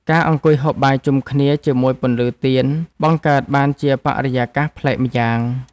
ការអង្គុយហូបបាយជុំគ្នាជាមួយពន្លឺទៀន បង្កើតបានជាបរិយាកាសប្លែកម្យ៉ាង។